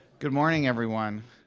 good morning everyone.